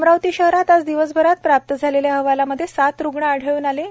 अमरावती शहरात आज दिवसभरात प्राप्त झालेल्या अहवालामध्ये सात रुग्ण आढळून आले आहेत